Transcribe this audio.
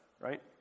right